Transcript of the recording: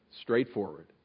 straightforward